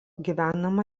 gyvenama